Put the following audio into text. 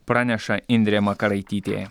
praneša indrė makaraitytė